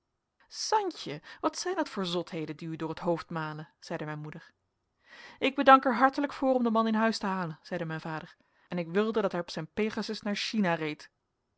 santje wat zijn dat voor zotheden die u door t hoofd malen zeide mijn moeder ik bedank er hartelijk voor om den man in huis te halen zeide mijn vader en ik wilde dat hij op zijn pegasus naar china reed